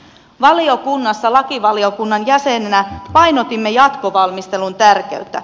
valiokunnassa lakivaliokunnan jäseninä painotimme jatkovalmistelun tärkeyttä